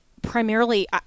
primarily